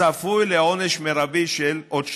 צפוי לעונש מרבי של עוד שנתיים.